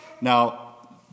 Now